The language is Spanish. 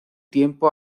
tiempo